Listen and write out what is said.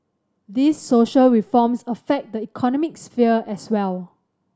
these social reforms affect the economic sphere as well